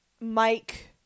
Mike